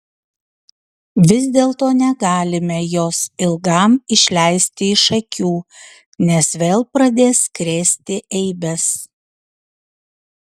vis dėlto negalime jos ilgam išleisti iš akių nes vėl pradės krėsti eibes